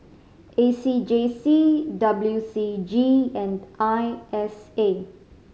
A C J C W C G and I S A